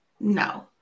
no